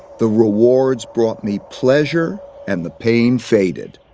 the rewards brought me pleasure, and the pain faded.